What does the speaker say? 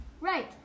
Right